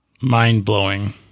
Mind-blowing